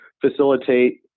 facilitate